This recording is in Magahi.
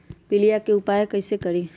पीलिया के उपाय कई से करी?